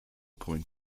point